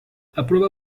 aprueba